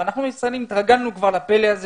אבל אנחנו הישראלים התרגלנו כבר לפלא הזה